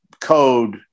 code